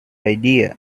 idea